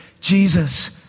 Jesus